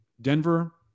Denver